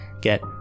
get